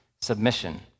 submission